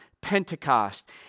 Pentecost